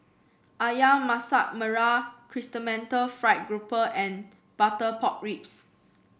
ayam Masak Merah Chrysanthemum Fried Grouper and Butter Pork Ribs